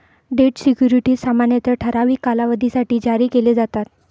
date securities सामान्यतः ठराविक कालावधीसाठी जारी केले जातात